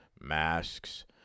masks